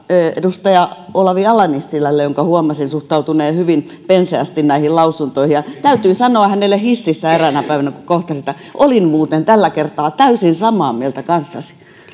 edustaja olavi ala nissilälle jonka huomasin suhtautuneen hyvin penseästi näihin lausuntoihin täytyy sanoa kun hänet hississä eräänä päivänä kohtasin että olin muuten tällä kertaa täysin samaa mieltä